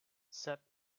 sep